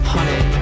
Honey